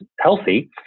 healthy